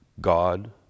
God